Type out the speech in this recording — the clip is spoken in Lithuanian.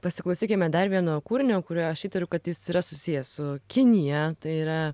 pasiklausykime dar vieno kūrinio kuriuo aš įtariu kad jis yra susijęs su kinija tai yra